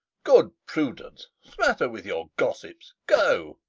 good prudence smatter with your gossips, go.